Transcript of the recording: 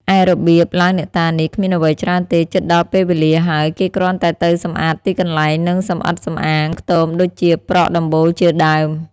ឯរបៀបឡើងអ្នកតានេះគ្មានអ្វីច្រើនទេ ជិតដល់ពេលវេលាហើយ គេគ្រាន់តែទៅសំអាតទីកន្លែង និងសម្អិតសម្អាងខ្ទមដូចជាប្រក់ដំបូលជាដើម ។